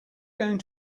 going